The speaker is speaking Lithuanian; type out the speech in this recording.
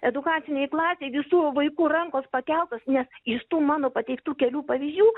edukacinėj klasėj visų vaikų rankos pakeltos nes iš tų mano pateiktų kelių pavyzdžių